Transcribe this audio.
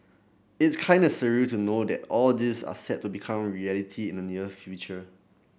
it's kinda surreal to know that all this are set to become reality in the near future